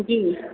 जी